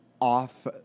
off